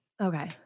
Okay